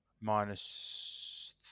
Minus